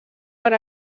per